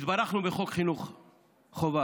התברכנו בחוק חינוך חובה,